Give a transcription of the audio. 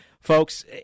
Folks